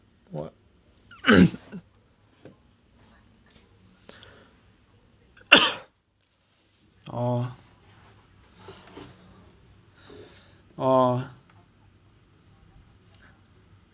what orh orh